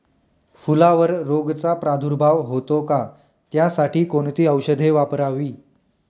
फुलावर रोगचा प्रादुर्भाव होतो का? त्यासाठी कोणती औषधे वापरावी?